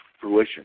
fruition